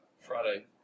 Friday